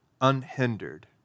unhindered